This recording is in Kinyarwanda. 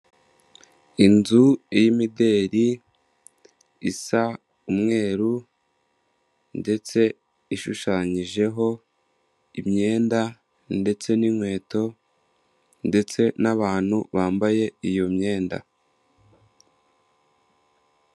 Inzu y'imideri isa umweru ndetse ishushanyijeho imyenda ndetse n'inkweto ndetse n'abantu bambaye iyo myenda.